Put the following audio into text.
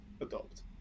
adopt